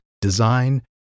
design